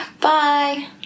Bye